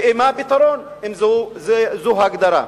ומה הפתרון, אם זו ההגדרה?